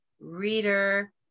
reader